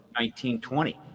1920